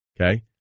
Okay